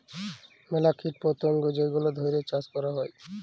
ম্যালা কীট পতঙ্গ যেগলা ধ্যইরে চাষ ক্যরা হ্যয়